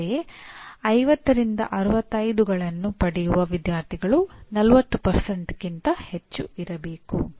ಅಂತೆಯೇ 50 ರಿಂದ 65 ಗಳನ್ನು ಪಡೆಯುವ ವಿದ್ಯಾರ್ಥಿಗಳು 40 ಕ್ಕಿಂತ ಹೆಚ್ಚು ಇರಬೇಕು